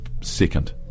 second